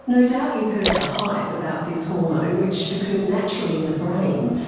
no doubt you've heard the hype about this hormone which occurs naturally in the brain,